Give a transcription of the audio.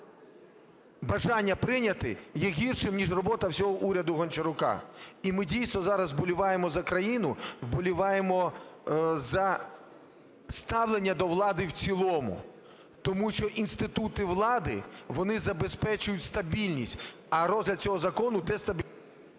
бажання прийняти є гіршим, ніж робота всього уряду Гончарука. І ми дійсно зараз вболіваємо за крану, вболіваємо за ставлення до влади в цілому. Тому що інститути влади, вони забезпечують стабільність, а розгляд цього закону дестабілізує...